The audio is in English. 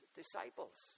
disciples